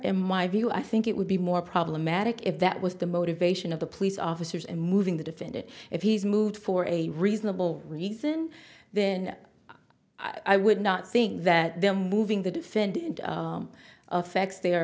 in my view i think it would be more problematic if that was the motivation of the police officers in moving the defendant if he's moved for a reasonable reason then i would not think that the moving the defendant affects their